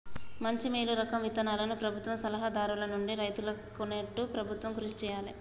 మంచి మేలు రకం విత్తనాలను ప్రభుత్వ సలహా దారుల నుండి రైతులు కొనేట్టు ప్రభుత్వం కృషి చేయాలే